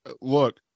look